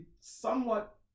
somewhat